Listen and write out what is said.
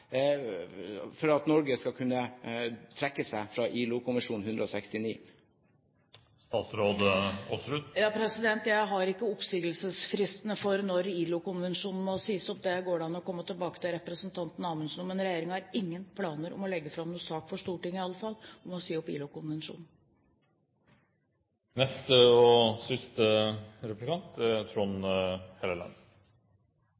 for når ILO-konvensjonen må sies opp; det går det an å komme tilbake til representanten Amundsen med. Men regjeringen har i alle fall ingen planer om å legge fram noen sak for Stortinget om å si opp ILO-konvensjonen. Det er